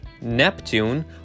Neptune